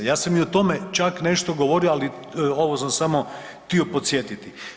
Ja sam i o tome čak nešto govorio, ali ovo sam samo htio podsjetiti.